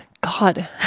God